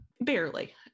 Barely